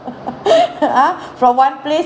!huh! from one place